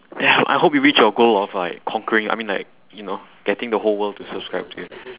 damn ya I hope you reach your goal of like conquering I mean like you know getting the whole world to subscribe to you